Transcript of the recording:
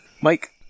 Mike